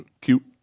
cute